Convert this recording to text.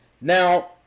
Now